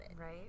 Right